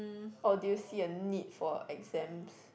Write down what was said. or do you see a need for exams